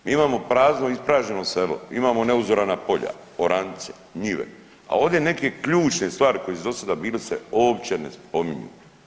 Mi imamo prazno i ispražnjeno selo, imamo neuzorana polja, oranice, njive, a ovdje neke ključne stvari koje su dosada bile se uopće ne spominju.